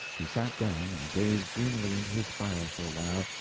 he sat down, and gazed dreamily into his fire for a while,